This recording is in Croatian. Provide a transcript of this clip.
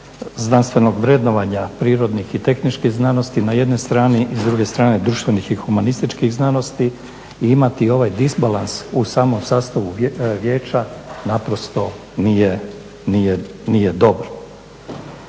znanstvenog vrednovanja prirodnih i tehničkih znanosti na jednoj strani i s druge strane društvenih i humanističkih znanosti i imati ovaj disbalans u samom sastavu vijeća naprosto nije dobro.